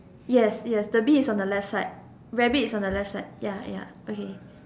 yes yes the bee is on the left side rabbit is on the left side ya ya okay